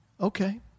Okay